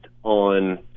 on